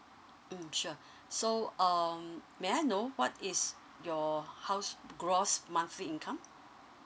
mm sure so um may I know what is your house gross monthly income